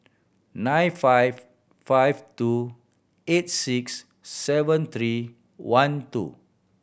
nine five five two eight six seven three one two